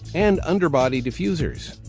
and underbody diffusers.